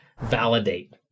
validate